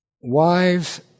wives